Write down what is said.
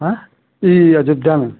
हं ई अयोध्या में